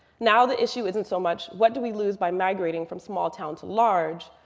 now the issue isn't so much, what do we lose by migrating from small town to large.